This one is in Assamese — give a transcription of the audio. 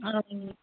অঁ